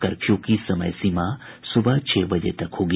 curfew की समय सीमा सुबह छह बजे तक होगी